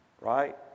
right